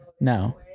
No